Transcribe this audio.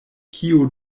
kio